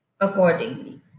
accordingly